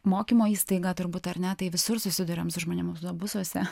mokymo įstaigą turbūt ar ne tai visur susiduriam su žmonėmis autobusuose